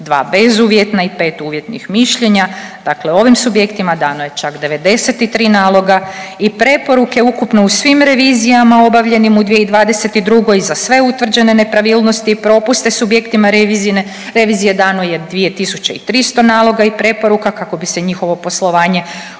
2 bezuvjetna i 5 uvjetnih mišljenja. Dakle, ovim subjektima dano je čak 93 naloga i preporuke. Ukupno u svim revizijama obavljenim u 2022. za sve utvrđene nepravilnosti i propuste subjektima revizije dano je 2.300 naloga i preporuka kako bi se njihovo poslovanje